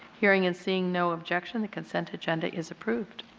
hearing and seeing no objection, the consent agenda is approved.